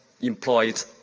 employed